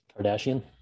kardashian